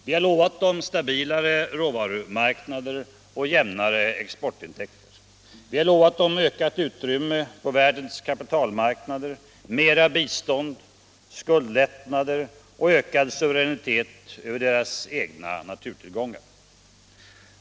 Vi har lovat dem stabilare råvarumarknader och jämnare exportintäkter. Vi har lovat dem ökat utrymme på världens kapitalmarknader, mera bistånd, skuldlättnader och ökad suveränitet över deras egna naturtillgångar.